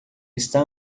está